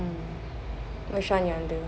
mm which one you want do